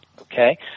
Okay